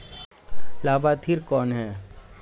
लाभार्थी कौन है?